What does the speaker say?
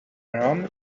rum